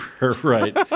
Right